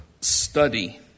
study